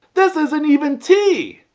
this isn't even tea.